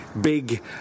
big